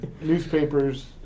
Newspapers